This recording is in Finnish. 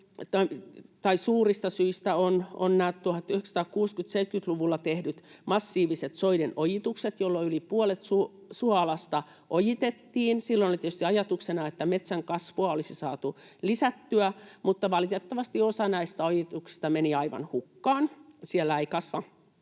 suurista syistä on nämä 1960—1970 tehdyt massiiviset soiden ojitukset, jolloin yli puolet suoalasta ojitettiin. Silloin oli tietysti ajatuksena, että metsän kasvua olisi saatu lisättyä, mutta valitettavasti osa näistä ojituksista meni aivan hukkaan. Siellä ei kasva